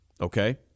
okay